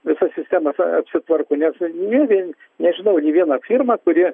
visas sistemas apsitvarko net ne vien nežinau nė viena firma kuri